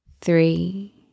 three